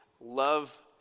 love